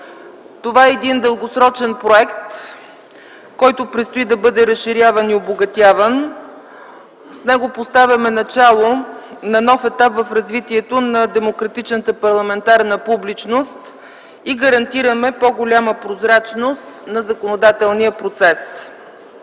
Това е един дългосрочен проект, който предстои да бъде разширяван и обогатяван. С него поставяме начало на нов етап в развитието на демократичната парламентарна публичност и гарантираме по-голяма прозрачност на законодателния процес.